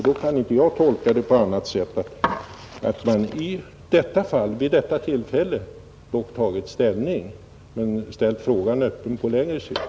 Då kan jag inte tolka det på annat sätt än att utskottet vid detta tillfälle tagit ställning men ställt frågan öppen på längre sikt.